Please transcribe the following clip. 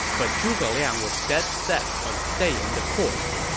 but zhuge liang was dead set on staying the course.